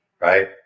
right